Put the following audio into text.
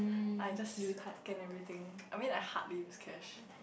I just scan everything I mean I hardly use cash